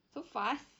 so fast